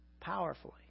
powerfully